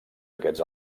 aquests